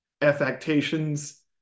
affectations